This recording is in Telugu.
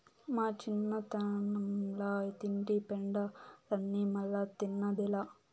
మా చిన్నతనంల తింటి పెండలాన్ని మల్లా తిన్నదేలా